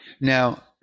Now